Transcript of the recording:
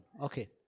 Okay